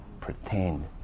pretend